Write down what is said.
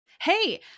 Hey